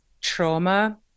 trauma